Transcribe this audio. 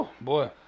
Boy